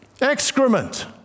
Excrement